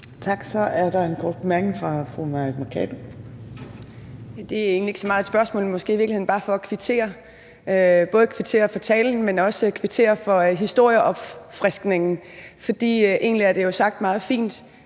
Tak. Så er der en kort bemærkning fra fru Mai Mercado. Kl. 13:49 Mai Mercado (KF): Det er egentlig ikke så meget et spørgsmål, men måske i virkeligheden bare for at kvittere, både for talen, men også for historieopfriskningen. For egentlig er det jo blevet sagt meget fint,